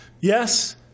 Yes